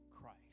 Christ